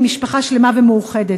עם משפחה שלמה ומאוחדת.